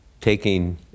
taking